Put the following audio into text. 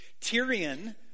Tyrion